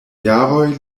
jaroj